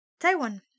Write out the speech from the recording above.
Taiwan